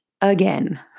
again